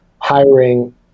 hiring